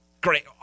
great